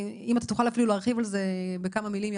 ואם אתה תוכל אפילו להרחיב על זה בכמה מילים,